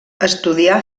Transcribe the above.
estudià